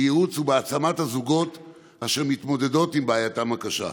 בייעוץ ובהעצמת הזוגות אשר מתמודדים עם בעייתם הקשה.